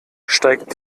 steigt